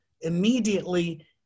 Immediately